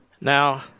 Now